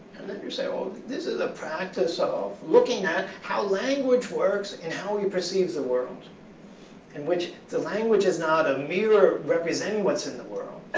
and then you say, oh, this is a practice of looking at how language works. and how we perceive the world in which the language is not a mirror representing what's in the world,